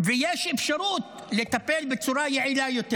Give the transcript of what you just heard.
ויש אפשרות לטפל בצורה יעילה יותר.